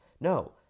No